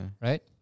right